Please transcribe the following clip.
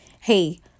hey